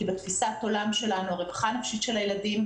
כי בתפיסת העולם שלנו הרווחה הנפשית של הילדים,